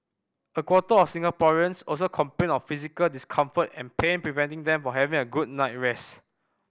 a quarter of Singaporeans also complained of physical discomfort and pain preventing them from having a good night rest